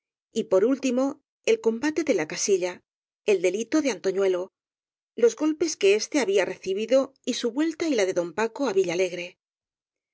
y por último el combate de la casilla el delito de antoñuelo los golpes que éste había recibido y su vuelta y la de don paco á villalegre